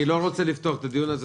אני לא רוצה לפתוח את הדיון הזה,